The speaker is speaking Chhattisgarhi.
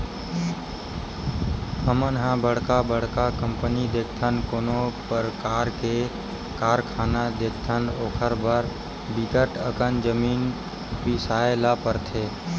हमन ह बड़का बड़का कंपनी देखथन, कोनो परकार के कारखाना देखथन ओखर बर बिकट अकन जमीन बिसाए ल परथे